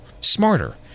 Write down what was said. smarter